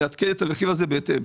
נעדכן את הרכיב הזה בהתאם.